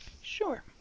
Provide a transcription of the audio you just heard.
Sure